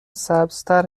سبزتر